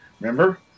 Remember